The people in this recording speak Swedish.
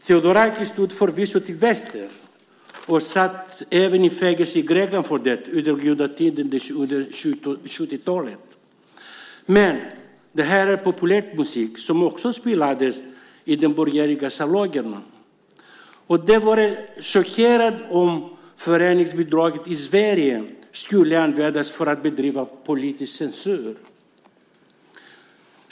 Theodorakis stod förvisso till vänster, och han satt även i fängelse i Grekland för detta under juntatiden under 70-talet. Men det här är populär musik som också spelades i de borgerliga salongerna. Det vore chockerande om föreningsbidraget i Sverige skulle användas för att bedriva politisk censur.